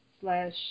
slash